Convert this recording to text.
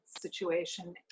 situation